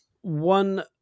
One